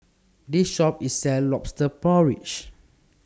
This Shop IS sells Lobster Porridge